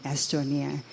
Estonia